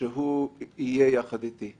שהוא יהיה יחד איתי.